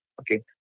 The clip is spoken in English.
Okay